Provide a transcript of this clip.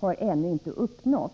har ännu inte uppnåtts i förhandlingarna.